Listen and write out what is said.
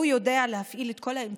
הוא יודע להפעיל את כל האמצעים,